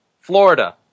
Florida